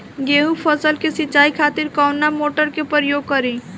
गेहूं फसल के सिंचाई खातिर कवना मोटर के प्रयोग करी?